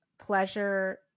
pleasure